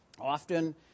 Often